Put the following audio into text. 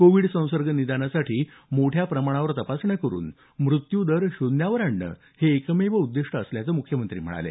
Covid संसर्ग निदानासाठी मोठ्या प्रमाणावर तपासण्या करून मृत्यू दर शून्यावर आणणं हे एकमेव उद्दिष्ट असल्याचं ते म्हणाले